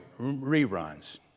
reruns